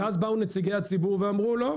ואז באו נציגי הציבור ואמרו: לא,